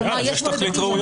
סליחה, אז יש תכלית ראויה.